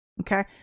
okay